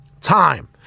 time